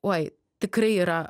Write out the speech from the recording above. uoj tikrai yra